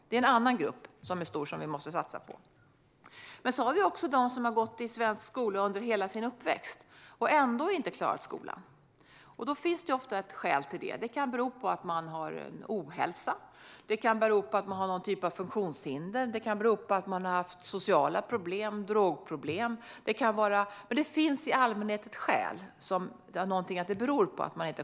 Det är en stor grupp som vi måste satsa på. Vi har också dem som har gått i svensk skola hela sin uppväxt och som ändå inte klarat skolan. Det finns i allmänhet ett skäl till det, till exempel ohälsa, funktionshinder, sociala problem eller drogproblem.